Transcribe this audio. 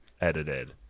edited